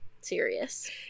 serious